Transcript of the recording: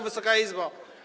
Wysoka Izbo!